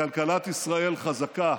כלכלת ישראל חזקה